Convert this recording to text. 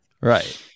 Right